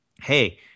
hey